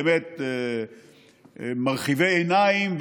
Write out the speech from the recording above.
באמת מרחיבי עיניים,